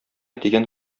тигән